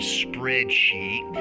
spreadsheet